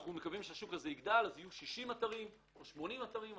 אנחנו מקווים שהשוק הזה יגדל ל- 60 אתרים או 80 אתרים.